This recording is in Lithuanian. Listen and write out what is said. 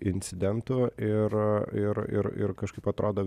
incidentų ir ir ir ir kažkaip atrodo